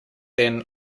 then